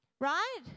Right